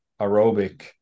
aerobic